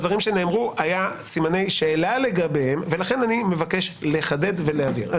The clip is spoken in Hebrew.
בדברים שנאמרו היו סימני שאלה לגביהם ולכן אני מבקש לחדד ולהבהיר.